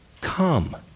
come